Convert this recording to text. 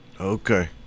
Okay